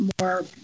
more